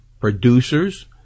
Producers